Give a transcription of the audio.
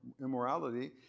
immorality